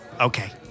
Okay